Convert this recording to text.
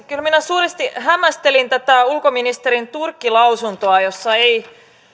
kyllä minä suuresti hämmästelin tätä ulkoministerin turkki lausuntoa jossa ei